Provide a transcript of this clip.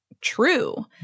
true